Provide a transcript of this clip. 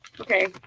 Okay